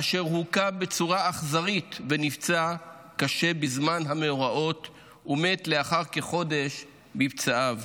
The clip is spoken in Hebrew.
אשר הוכה בצורה אכזרית ונפצע קשה בזמן המאורעות ומת לאחר כחודש מפצעיו.